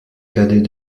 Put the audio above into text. cadet